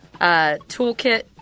toolkit